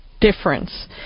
difference